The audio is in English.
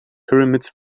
pyramids